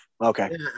Okay